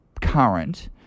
current